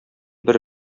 бер